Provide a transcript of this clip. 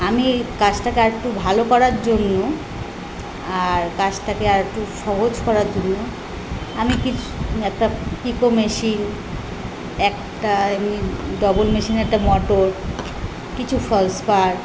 আমি কাজটাকে আর একটু ভালো করার জন্য আর কাজটাকে আর একটু সহজ করার জন্য আমি কিছু একটা পিকো মেশিন একটা এমনি ডবল মেশিন একটা মটর কিছু ফলস পাড়